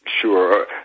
Sure